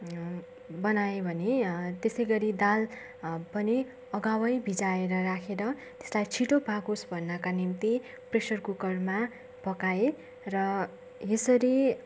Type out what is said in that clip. बनाएँ भने त्यसै गरी दाल पनि अगावै भिजाएर राखेर त्यसलाई छिटो पाकोस् भन्नाका निम्ति प्रेसर कुकरमा पकाएँ र यसरी